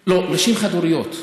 לא, נשים חד-הוריות.